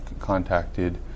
contacted